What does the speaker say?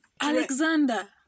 Alexander